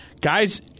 guys